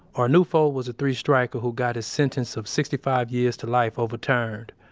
arnulfo was a three-striker who got his sentence of sixty five years to life overturned.